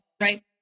right